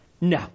No